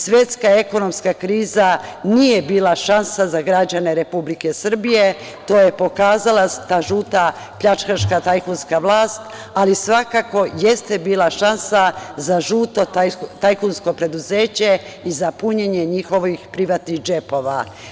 Svetska ekonomska kriza nije bila šansa za građane Republike Srbije, to je pokazala ta žuta pljačkaška tajkunska vlast, ali svakako jeste bila šansa za žuto tajkunsko preduzeće i za punjenje njihovih privatnih džepova.